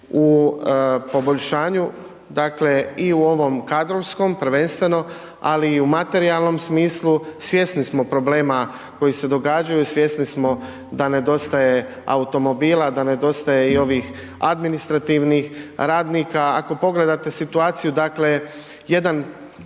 u poboljšanju i u ovom kadrovskom prvenstveno, ali i u materijalnom smislu. Svjesni smo problema koji se događaju, svjesni smo da nedostaje automobila, da nedostaje i ovih administrativnih radnika. Ako pogledate situaciju, jedan